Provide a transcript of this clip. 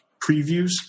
previews